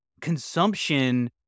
consumption